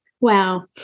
Wow